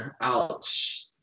ouch